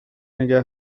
نگه